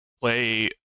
play